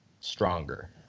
stronger